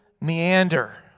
meander